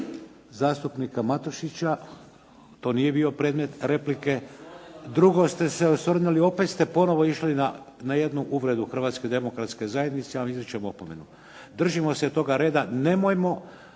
zastupnika Matušića. To nije bio predmet replike. Drugo ste se osvrnuli, opet ste ponovo išli na jednu uvredu Hrvatske demokratske zajednice, ali izričem opomenu. Držimo se toga reda. Nemojmo,